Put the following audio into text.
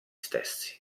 stessi